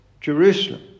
Jerusalem